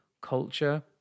culture